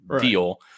deal